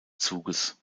zuges